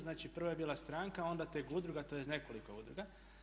Znači, prvo je bila stranka onda tek udruga, tj. nekoliko udruga.